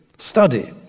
Study